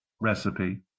recipe